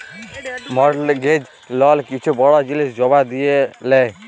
mortgage লল কিছু বড় জিলিস জমা দিঁয়ে লেই